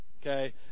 Okay